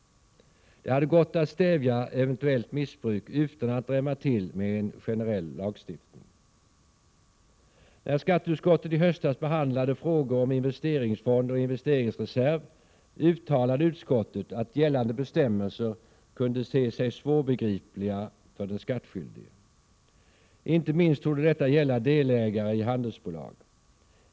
Det hade gått att stävja eventuellt missbruk utan att drämma till med en generell lagstiftning. När skatteutskottet i höstas behandlade frågor om investeringsfond och investeringsreserv, uttalade utskottet att gällande bestämmelser kunde te sig svårbegripliga för den skattskyldige. Inte minst torde detta gälla delägare i handelsbolag.